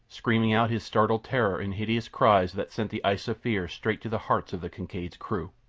screaming out his startled terror in hideous cries that sent the ice of fear straight to the hearts of the kincaid's crew.